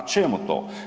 Čemu to?